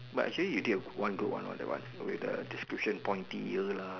but actually you did a one good one that one where the description point tier lah